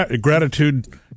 gratitude